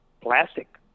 plastic